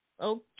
Okay